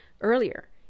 earlier